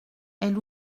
elle